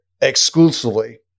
exclusively